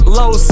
low